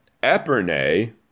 Epernay